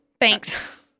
thanks